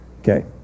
Okay